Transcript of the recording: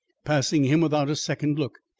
passing him without a second look,